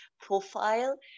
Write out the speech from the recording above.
profile